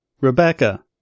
Rebecca